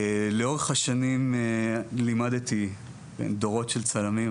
לאורך השנים לימדתי דורות של צלמים,